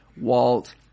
Walt